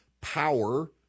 power